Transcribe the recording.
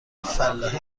فلاحی